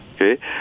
okay